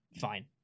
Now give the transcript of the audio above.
Fine